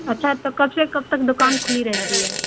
اچھا تو کب سے کب تک دکان کھلی رہتی ہے